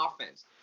offense